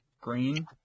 Green